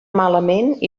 malament